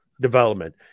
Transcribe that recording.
development